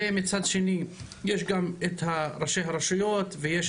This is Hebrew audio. ומצד שני יש גם את ראשי הרשויות ואת